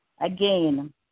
Again